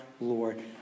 Lord